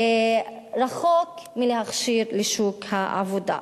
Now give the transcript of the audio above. רחוק מלהכשיר לשוק העבודה.